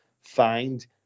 find